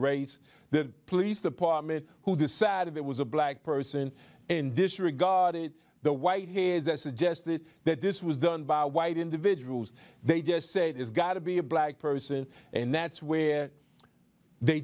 race the police department who decided it was a black person in this regard it the white hairs that suggested that this was done by white individuals they just said it's got to be a black person and that's where they